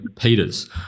Peters